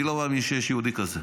אני לא מאמין שיש יהודי כזה,